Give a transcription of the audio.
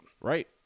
Right